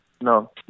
no